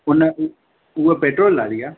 हुन उ उहा पेट्रोल वारी आहे